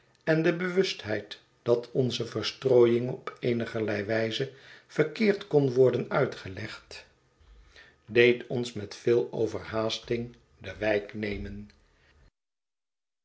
en de bewustheid dat onze verstrooiing op eenigerlei wijze verkeerd kon worden uitgelegd deed ons met veel overhaasting de wijk nemen